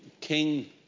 king